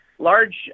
large